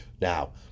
Now